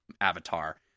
avatar